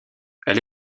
elle